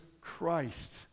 Christ